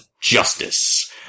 justice